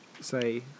say